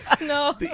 No